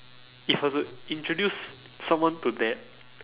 if I were to introduce someone to that